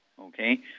okay